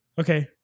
Okay